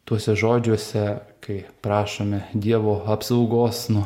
tuose žodžiuose kai prašome dievo apsaugos nuo